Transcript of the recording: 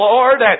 Lord